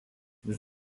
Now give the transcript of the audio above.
vis